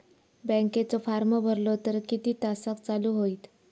बँकेचो फार्म भरलो तर किती तासाक चालू होईत?